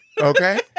Okay